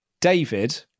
David